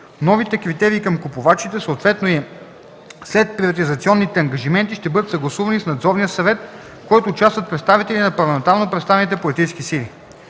Новите критерии към купувачите, съответно и следприватизационните ангажименти ще бъдат съгласувани с Надзорния съвет, в който участват представителите на парламентарно представените политически сили.